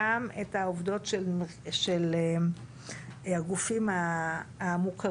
גם את העובדות של הגופים המוכרים,